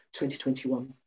2021